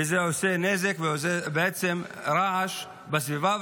וזה עושה נזק ורעש בסביבה,